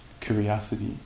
curiosity